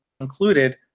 included